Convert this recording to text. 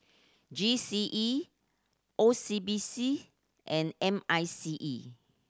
G C E O C B C and M I C E